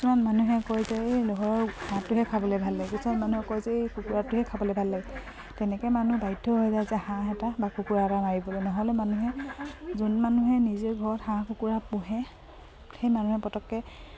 কিছুমান মানুহে কয় যে এই ঘৰৰ হাঁহটোহে খাবলৈ ভাল লাগে কিছুমান মানুহে কয় যে এই কুকুৰাটোহে খাবলৈ ভাল লাগে তেনেকৈ মানুহ বাধ্য হৈ যায় যে হাঁহ এটা বা কুকুৰা এটা মাৰিবলৈ নহ'লে মানুহে যোন মানুহে নিজে ঘৰত হাঁহ কুকুৰা পোহে সেই মানুহে পটককৈ